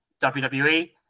wwe